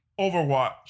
Overwatch